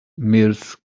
mrs